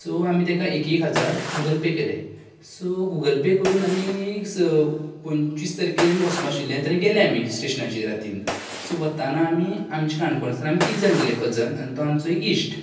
so आमी तेका एक एक हजार गूगल पे केले सो गूगल पे करून आमी स पंचवीस तारकेर आमी वसपा आशिल्ले तेन्ना गेले आमी स्टेशनाचेर रातींन सो वताना आमी आमचे काणकोणसान आमी तीग जाण गेले कजन आनी तो आमचो इश्ट